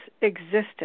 existence